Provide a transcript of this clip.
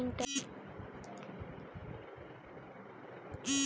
internet banking के इस्तेमाल के लिए तुमको एक मोबाइल पिन भी दिया जाएगा